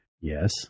Yes